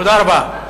תודה רבה.